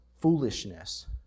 foolishness